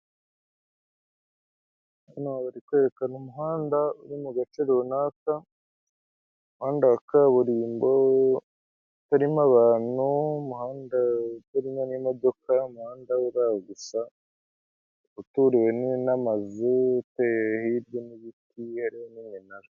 Hano bari kwerekana umuhanda uri mu gace runaka, umuhanda wa kaburimbo harimo abantu umuhanda utarimo n'imodoka, umuhanda uri aho gusa uturiwe n'amazu uteye hirya n'ibiti n'iminara.